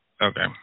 Okay